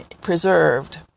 preserved